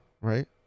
right